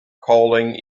calling